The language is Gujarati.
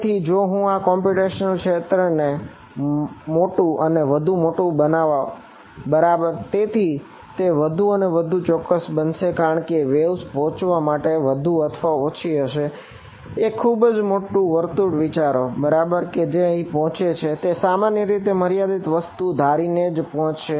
તેથી જો હું હવે કોમ્પ્યુટેશનલ પહોંચવા માટે વધુ અથવા ઓછી હશે એક ખુબજ મોટું વર્તુળ વિચારો બરાબર જે પણ પહોંચે છે તે સામાન્ય રીતે મર્યાદિત વસ્તુ ધારીને જ પહોંચશે